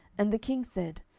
and the king said,